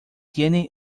tienen